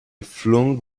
flung